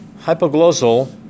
Hypoglossal